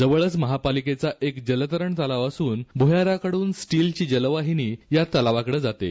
जवळच महापालिकेचा एक जलतरण तलाव असून भुयारातून स्टीलची जलवाहिनी या तलावाकडे जाते